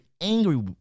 angry